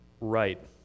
right